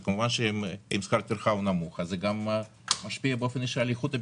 וכמובן שאם שכר הטרחה הוא נמוך זה משפיע באופן ישיר על איכות הביקורת.